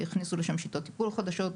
הכניסו לשם שיטות טיפול חדשות,